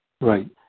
Right